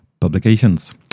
Publications